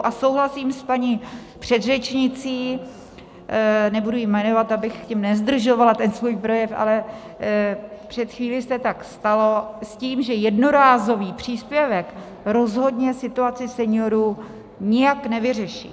A souhlasím s paní předřečnicí, nebudu ji jmenovat, abych tím nezdržovala svůj projev, ale před chvílí se tak stalo s tím, že jednorázový příspěvek rozhodně situaci seniorů nijak nevyřeší.